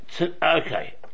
okay